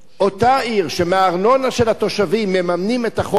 אותה עיר שמהארנונה של התושבים שלה מממנים את החוף הזה,